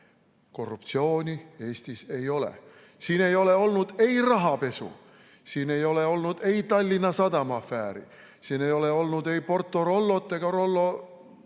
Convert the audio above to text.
Korruptsiooni Eestis ei ole. Siin ei ole olnud ei rahapesu, siin ei ole olnud ei Tallinna Sadama afääri, siin ei ole olnud ei Porto Francot ega